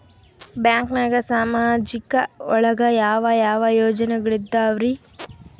ಬ್ಯಾಂಕ್ನಾಗ ಸಾಮಾಜಿಕ ಒಳಗ ಯಾವ ಯಾವ ಯೋಜನೆಗಳಿದ್ದಾವ್ರಿ?